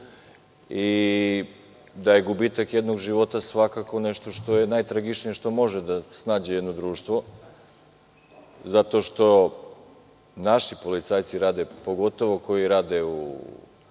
i da je gubitak jednog života svakako nešto što je najtragičnije što može da snađe jedno društvo, zato što naši policajci rade, pogotovo koji rade u